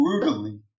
brutally